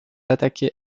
attaquée